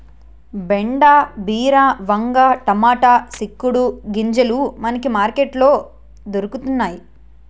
బెండ బీర వంగ టమాటా సిక్కుడు గింజలు మనకి మార్కెట్ లో దొరకతన్నేయి